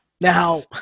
Now